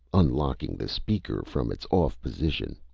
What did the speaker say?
unlocking the speaker from its off position.